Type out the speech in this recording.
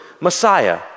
Messiah